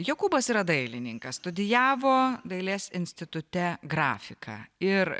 jokūbas yra dailininkas studijavo dailės institute grafiką ir